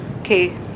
Okay